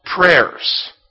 prayers